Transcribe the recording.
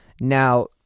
Now